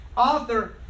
Author